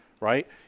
right